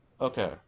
Okay